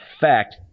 fact